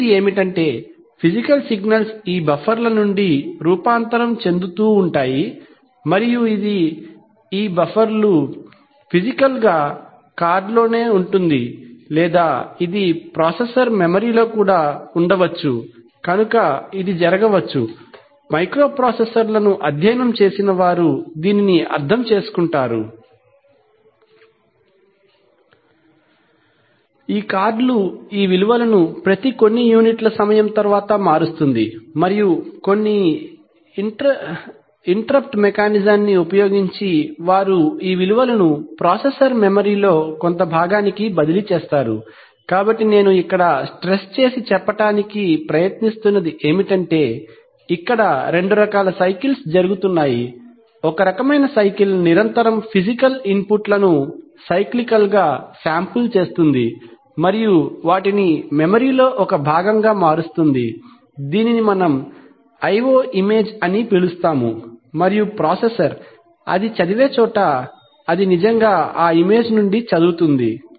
మొదటిది ఏమిటంటే ఫిసికల్ సిగ్నల్స్లు ఈ బఫర్ల నుండి రూపాంతరం చెందుతూ ఉంటాయి మరియు ఇది ఈ బఫర్లు ఫిసికల్ గా కార్డ్లోనే ఉంటుంది లేదా ఇది ప్రాసెసర్ మెమరీ లో కూడా ఉండవచ్చు కనుక ఇది జరగవచ్చు మైక్రోప్రాసెసర్లను అధ్యయనం చేసిన వారు దీనిని అర్థం చేసుకుంటారు ఈ కార్డులు ఈ విలువలను ప్రతి కొన్ని యూనిట్ల సమయం తర్వాత మారుస్తుంది మరియు కొన్ని ఇంటరప్ట్ మెకానిజాన్ని ఉపయోగించి వారు ఈ విలువలను ప్రాసెసర్ మెమరీ లో కొంత భాగానికి బదిలీ చేస్తారు కాబట్టి నేను ఇక్కడ స్ట్రెస్ చేసి చెప్పడానికి ప్రయత్నిస్తున్నది ఏమిటంటే ఇక్కడ రెండు రకాల సైకిల్స్ జరుగుతున్నాయి ఒక రకమైన సైకిల్ నిరంతరం ఫిసికల్ ఇన్పుట్ లను సైక్లికల్గా శాంపిల్ చేస్తుంది మరియు వాటిని మెమరీ లో ఒక భాగంగా మారుస్తుంది దీనిని మనం i o ఇమేజ్io image అని పిలుస్తాము మరియు ప్రాసెసర్ అది చదివే చోట అది నిజంగా ఆ ఇమేజ్ నుండి చదువుతుంది